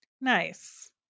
Nice